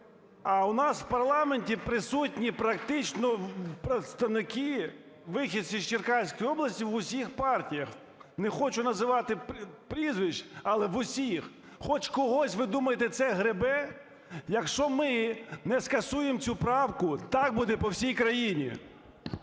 А у нас в парламенті присутні практично представники, вихідці з Черкаської області, в усіх партіях. Не хочу називати прізвищ, але в усіх. Хоч когось ви думаєте це гребе? Якщо ми не скасуємо цю правку, так буде по всій країні.